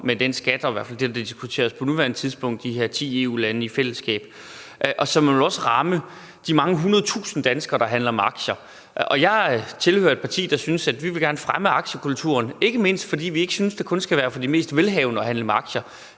med den skat, der i hvert fald diskuteres på nuværende tidspunkt mellem de her ti EU-lande, og så vil man også ramme de mange hundrede tusind danskere, der handler med aktier. Jeg tilhører et parti, der gerne vil fremme aktiekulturen, ikke mindst fordi vi ikke synes, det kun skal være for de mest velhavende at handle med aktier.